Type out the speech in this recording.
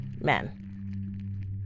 men